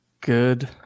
Good